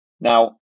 Now